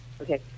Okay